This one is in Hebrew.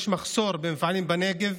יש מחסור במפעלים בנגב.